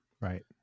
Right